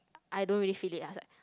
I don't really fit it I was like